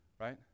right